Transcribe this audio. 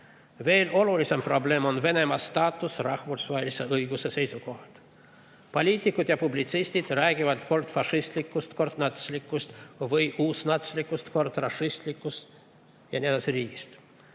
olulisem probleem on Venemaa staatus rahvusvahelise õiguse seisukohalt. Poliitikud ja publitsistid räägivad kord fašistlikust, kord natslikust või uusnatslikust, kord rassistlikust ja nii edasi riigist.